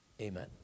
Amen